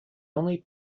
only